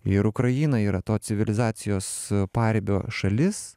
ir ukraina yra to civilizacijos paribio šalis